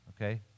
okay